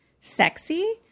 sexy